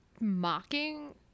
mocking